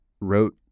wrote